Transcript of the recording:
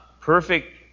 perfect